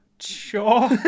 Sure